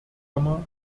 eine